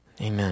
Amen